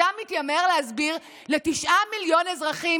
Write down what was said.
אתה מתיימר להסביר לתשעה מיליון אזרחים